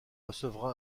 recevra